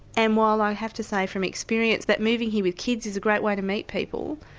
and while i have to say from experience that moving here with kids is a great way to meet people,